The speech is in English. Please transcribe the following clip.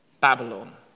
Babylon